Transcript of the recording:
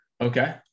Okay